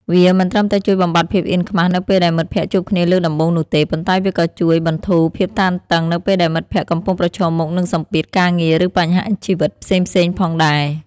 វាមិនត្រឹមតែជួយបំបាត់ភាពអៀនខ្មាស់នៅពេលដែលមិត្តភក្តិជួបគ្នាលើកដំបូងនោះទេ ប៉ុន្តែវាក៏ជួយបន្ធូរភាពតានតឹងនៅពេលដែលមិត្តភក្តិកំពុងប្រឈមមុខនឹងសម្ពាធការងារឬបញ្ហាជីវិតផ្សេងៗផងដែរ។